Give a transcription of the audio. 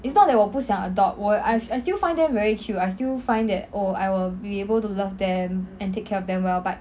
is not that 我不想 adopt 我 I still find them very cute I still find that oh I will be able to love them and take care of them well but